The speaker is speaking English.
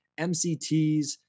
MCTs